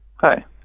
Hi